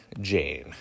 Jane